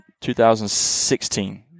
2016